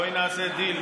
בואי נעשה דיל,